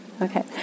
Okay